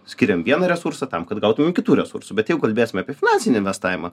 skiriam vieną resursą tam kad gautumėm kitų resursų bet jeigu kalbėsim apie finansinį investavimą